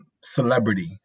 celebrity